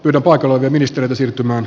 yhden paikalla työministeriötä siirtämään